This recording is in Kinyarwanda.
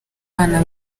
aba